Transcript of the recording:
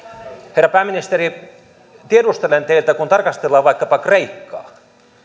herra pääministeri tiedustelen teiltä kun tarkastellaan vaikkapa kreikkaa